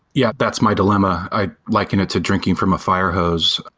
yeah that's my dilemma. i liken it to drinking from a fire hose.